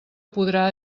podrà